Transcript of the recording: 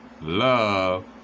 love